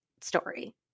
Story